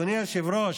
אדוני היושב-ראש,